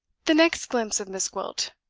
the next glimpse of miss gwilt,